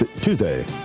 Tuesday